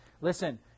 listen